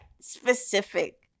specific